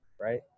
right